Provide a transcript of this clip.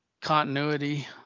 continuity